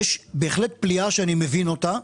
יש פליאה שאני מבין אותה.